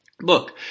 look